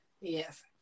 Yes